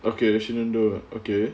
okay she didn't do well okay